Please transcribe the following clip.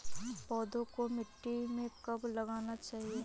पौधें को मिट्टी में कब लगाना चाहिए?